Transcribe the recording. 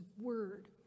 word